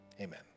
amen